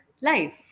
life